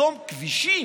לחסום כבישים,